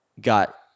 got